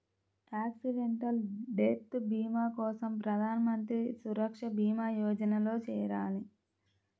accidental death భీమా కోసం ప్రధాన్ మంత్రి సురక్షా భీమా యోజనలో చేరాలి